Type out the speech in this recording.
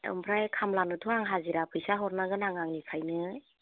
ओमफ्राय खामलानोथ' आं हाजिरा फैसा हरनांगोन आं आंनिफ्रायनो